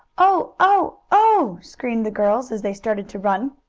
oh! oh! oh! screamed the girls, as they started to run.